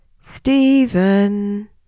Stephen